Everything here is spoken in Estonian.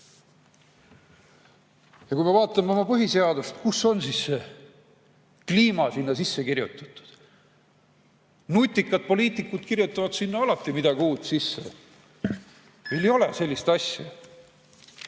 kui me vaatame oma põhiseadust, kus on siis kliima sinna sisse kirjutatud? Nutikad poliitikud kirjutavad sinna alati midagi uut sisse. Aga meil ei ole sellist asja.